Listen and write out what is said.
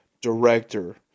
director